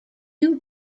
new